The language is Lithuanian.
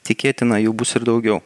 tikėtina jų bus ir daugiau